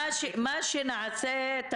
מה שנעשה,